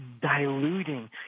Diluting